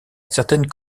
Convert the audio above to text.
certaines